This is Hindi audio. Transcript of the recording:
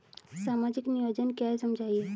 सामाजिक नियोजन क्या है समझाइए?